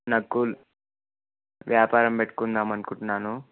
నాకు వ్యాపారం పెట్టుకుందామనుకుంటున్నాను